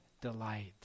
delight